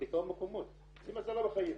בכמה מקומות, זה מזלה בחיים.